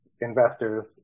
investors